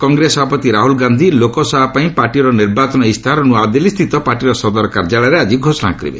କଂଗ୍ରେସ ସଭାପତି ରାହୁଲ୍ ଗାନ୍ଧି ଲୋକସଭାପାଇଁ ପାର୍ଟିର ନିର୍ବାଚନ ଇସ୍ତାହାର ନ୍ନଆଦିଲ୍ଲୀସ୍ଥିତ ପାର୍ଟିର ସଦର କାର୍ଯ୍ୟାଳୟରେ ଆଜି ଘୋଷଣା କରିବ